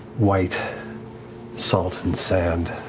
white salt and sand.